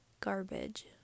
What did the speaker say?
garbage